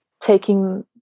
taking